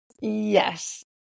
Yes